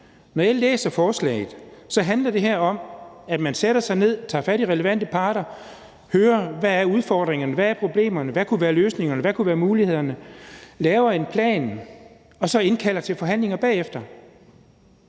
Når jeg læser forslaget, handler det om, at man sætter sig ned, tager fat i relevante parter, hører, hvad udfordringerne er, hvad problemerne er, hvad løsningerne kunne være, hvad mulighederne kunne være, og laver en plan og så indkalder til forhandlinger bagefter.